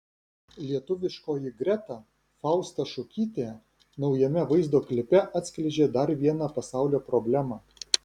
lietuviškoji greta fausta šukytė naujame vaizdo klipe atskleidžia dar vieną pasaulio problemą